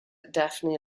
daphne